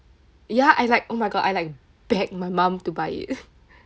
ya I like oh my god I like begged my mum to buy it